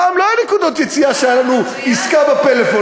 פעם לא היו נקודות יציאה כשהייתה לנו עסקה בפלאפון,